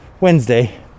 Wednesday